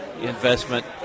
investment